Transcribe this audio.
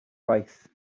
gwaith